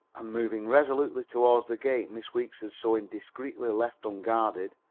and moving resolutely towards the gate miss weeks had so indiscreetly left unguarded,